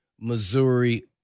Missouri